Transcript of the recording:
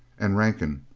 and rankin,